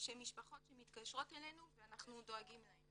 של משפחות שמתקשרות אלינו ואנחנו דואגים להם